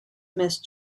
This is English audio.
missed